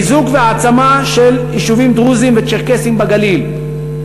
חיזוק והעצמה של יישובים דרוזיים וצ'רקסיים בגליל.